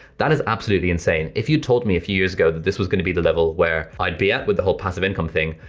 that is absolutely insane, if you told me a few years ago this was gonna be the level where i'd be at with the whole passive income thing,